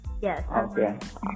Yes